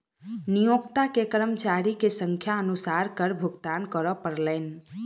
नियोक्ता के कर्मचारी के संख्या अनुसार कर भुगतान करअ पड़लैन